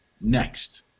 next